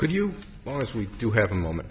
could you well as we do have a moment